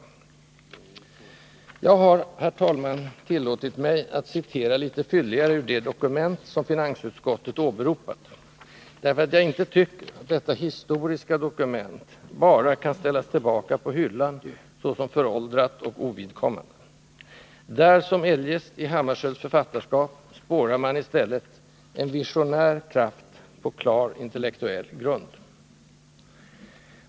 Jag har, herr talman, tillåtit mig att citera litet fylligare ur det dokument som finansutskottet åberopat, därför att jag inte tycker att detta historiska dokument bara kan ställas tillbaka på hyllan såsom föråldrat och ovidkommande. Där som eljest i Hammarskjölds författarskap spårar man i stället en visionär kraft på klar, intellektuell grund.